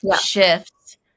shifts